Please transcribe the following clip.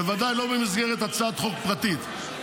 ובוודאי לא במסגרת הצעת חוק פרטית.